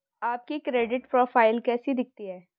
आपकी credit profile कैसी दिखती है?